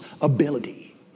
ability